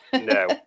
No